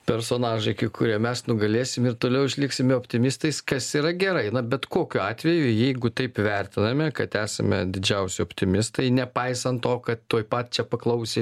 personažai kai kurie mes nugalėsim ir toliau išliksime optimistais kas yra gerai na bet kokiu atveju jeigu taip vertiname kad esame didžiausi optimistai nepaisant to kad tuoj pat čia paklausę